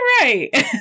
Right